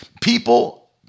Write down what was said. people